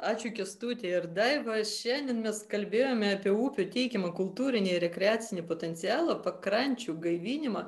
ačiū kęstuti ir daiva šiandien mes kalbėjome apie upių teikiamą kultūrinį rekreacinį potencialą pakrančių gaivinimą